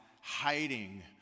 hiding